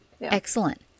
Excellent